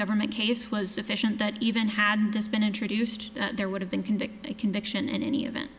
government case was sufficient that even had this been introduced there would have been convicted conviction in any event